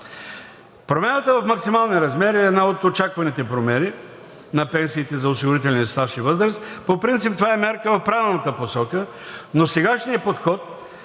Промяната в максималния размер е една от очакваните промени на пенсиите за осигурителен стаж и възраст. По принцип това е мярка в правилната посока, но сегашният подход